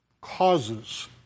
causes